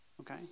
Okay